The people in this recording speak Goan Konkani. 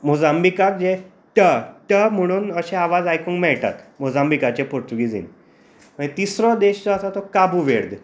मोजांबिकाक जे ट ट म्हणून अशें आवाज आयकुंक मेळटात मोजांबिकाचे पुर्तुगिजींत मागीर तिसरो देश जो आसा तो काबूवेर्द